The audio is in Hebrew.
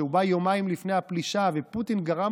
שבא יומיים לפני הפלישה ופוטין גרם